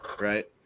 right